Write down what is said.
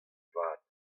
vat